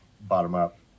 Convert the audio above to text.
bottom-up